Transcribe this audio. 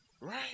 right